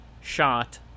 shot